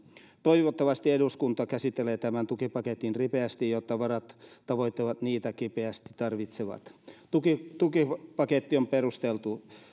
toivottavasti eduskunta käsittelee tämän tukipaketin ripeästi jotta varat tavoittavat niitä kipeästi tarvitsevat tukipaketti on perusteltu